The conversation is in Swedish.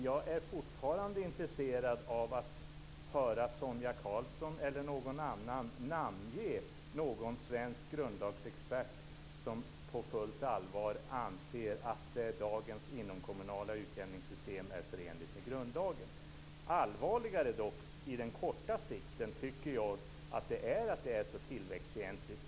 Jag är fortfarande intresserad av att höra Sonia Karlsson eller någon annan namnge någon svensk grundlagsexpert som på fullt allvar anser att dagens inomkommunala utjämningssystem är förenligt med grundlagen. Allvarligare på kort sikt tycker jag dock är att det är så tillväxtfientligt.